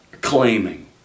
claiming